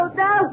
no